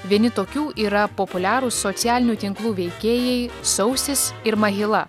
vieni tokių yra populiarūs socialinių tinklų veikėjai sausis ir mahila